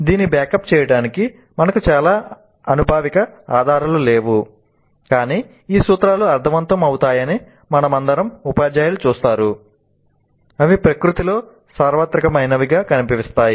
దీన్ని బ్యాకప్ చేయడానికి మనకు చాలా అనుభావిక ఆధారాలు లేవు కానీ ఈ సూత్రాలు అర్ధవంతం అవుతాయని మనమందరం ఉపాధ్యాయులు చూస్తారు అవి ప్రకృతిలో సార్వత్రికమైనవిగా కనిపిస్తాయి